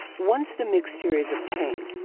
once the mixture is obtained,